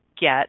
get